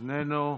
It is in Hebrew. איננו,